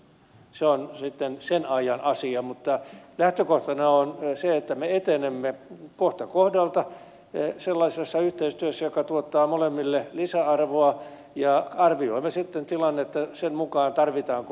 se on sitten sen ajan asia mutta lähtökohtana on se että me etenemme kohta kohdalta sellaisessa yhteistyössä joka tuottaa molemmille lisäarvoa ja arvioimme sitten tilannetta sen mukaan tarvitaanko tällaista sopimusta